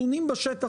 תן לו לסיים.